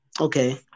okay